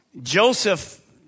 Joseph